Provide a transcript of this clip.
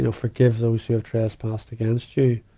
you know forgive those who have trespassed against you.